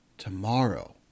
Tomorrow